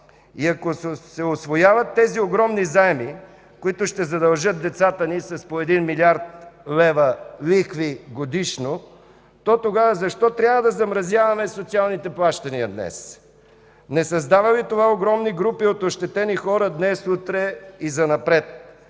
И ако се усвояват тези огромни заеми, които ще задължат децата ни с по 1 млрд. лихви годишно, то тогава защо трябва да замразяваме социалните плащания днес? Не създава ли това огромни групи от ощетени хора днес, утре и занапред?